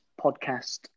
podcast